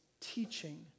teaching